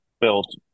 built